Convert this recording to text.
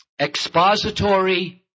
expository